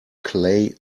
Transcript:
clay